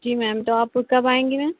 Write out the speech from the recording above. जी ma'am तो आप कब आएँगी मैम